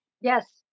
Yes